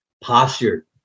posture